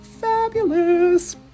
Fabulous